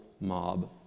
mob